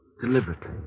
Deliberately